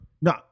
No